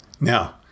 now